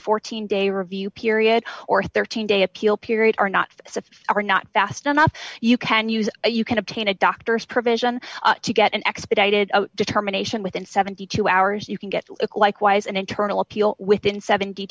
fourteen day review period or thirteen day appeal period are not suffice are not fast enough you can use a you can obtain a doctor's provision to get an expedited determination within seventy two hours you can get likewise an internal appeal within seventy